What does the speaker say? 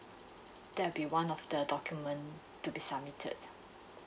that'll be one of the document to be submitted